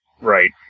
Right